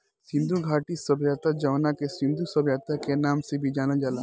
सिंधु घाटी सभ्यता जवना के सिंधु सभ्यता के नाम से भी जानल जाला